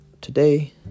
today